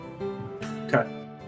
Okay